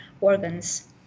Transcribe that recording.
organs